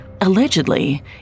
Allegedly